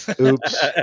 oops